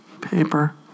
paper